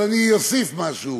אבל אני אוסיף משהו: